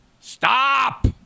Stop